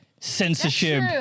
censorship